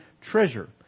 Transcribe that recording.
treasure